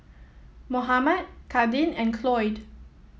Mohammad Kadin and Cloyd